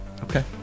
okay